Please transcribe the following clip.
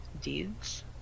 deeds